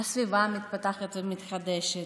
הסביבה מתפתחת ומתחדשת.